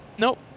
Nope